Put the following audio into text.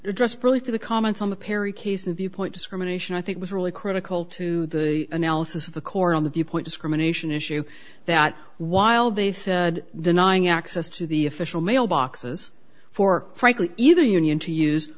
address probably for the comments on the perry case in viewpoint discrimination i think was really critical to the analysis of the core on the viewpoint discrimination issue that while they said denying access to the official mail boxes for frankly either union to use